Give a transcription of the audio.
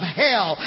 hell